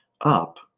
up